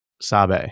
Sabe